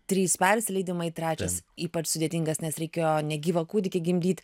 trys persileidimai trečias ypač sudėtingas nes reikėjo negyvą kūdikį gimdyt